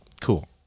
cool